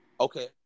Okay